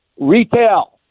retail